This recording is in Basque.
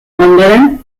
ondoren